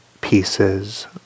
pieces